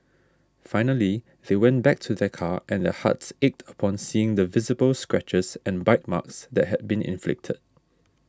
finally they went back to their car and their hearts ached upon seeing the visible scratches and bite marks that had been inflicted